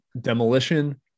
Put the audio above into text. demolition